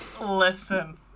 Listen